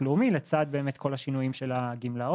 לאומי לצד באמת כל השינויים של הגמלאות.